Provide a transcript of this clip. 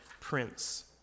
prince